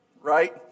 Right